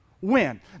win